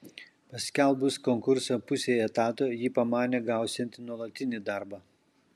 paskelbus konkursą pusei etato ji pamanė gausianti nuolatinį darbą